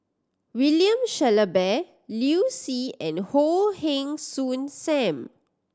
William Shellabear Liu Si and Goh Heng Soon Sam